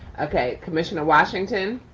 okay, commissioner washington.